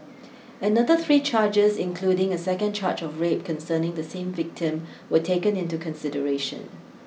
another three charges including a second charge of rape concerning the same victim were taken into consideration